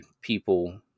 people